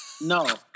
No